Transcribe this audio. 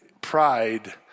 pride